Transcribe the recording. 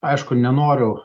aišku nenoriu